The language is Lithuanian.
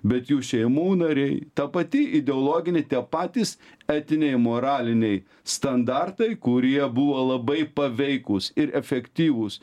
bet jų šeimų nariai ta pati ideologinė tie patys etiniai moraliniai standartai kurie buvo labai paveikūs ir efektyvūs